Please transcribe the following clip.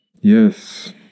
yes